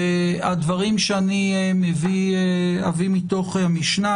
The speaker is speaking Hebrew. והדברים שאני אביא מתוך המשנה,